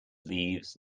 leaves